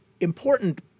important